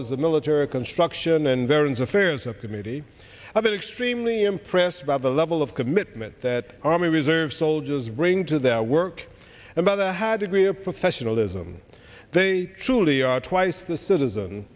as the military construction and variants affairs of committee have been extremely impressed by the level of commitment that army reserve soldiers bring to their work and other had degree of professionalism they truly are twice the citizen